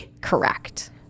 Correct